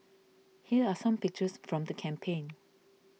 here are some pictures from the campaign